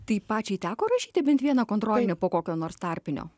tai pačiai teko rašyti bent vieną kontrolinį po kokio nors tarpinio